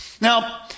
Now